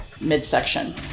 midsection